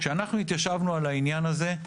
כשאנחנו התיישבנו על העניין הזה,